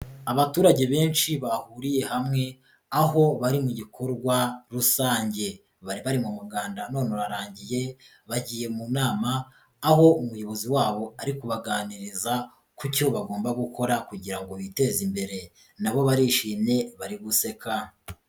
Abaturage benshi bahuriye hamwe, aho bari mu gikorwa rusange, bari bari mu muganda none urarangiye, bagiye mu nama, aho umuyobozi wabo ari kubaganiriza ku cyo bagomba gukora kugira ngo biteze imbere na bo barishimye bari guseka.